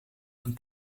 een